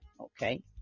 Okay